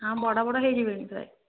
ହଁ ବଡ଼ ବଡ଼ ହୋଇଯିବେଣି ପ୍ରାଏ